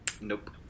Nope